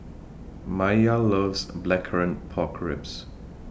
Maia loves Blackcurrant Pork Ribs